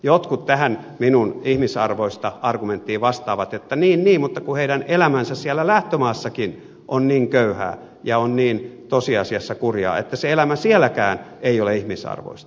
jotkut tähän minun ihmisarvoista argumenttiini vastaavat että niin niin mutta kun heidän elämänsä siellä lähtömaassakin on niin köyhää ja tosiasiassa niin kurjaa että se elämä sielläkään ei ole ihmisarvoista